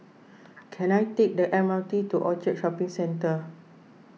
can I take the M R T to Orchard Shopping Centre